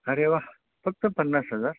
अरे वा फक्त पन्नास हजार